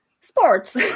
sports